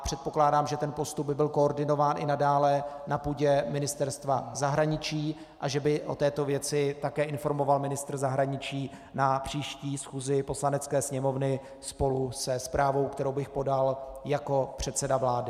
Předpokládám, že ten postup by byl koordinován i nadále na půdě Ministerstva zahraničí a že by o této věci také informoval ministr zahraničí na příští schůzi Poslanecké sněmovny spolu se zprávou, kterou bych podal jako předseda vlády.